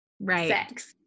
right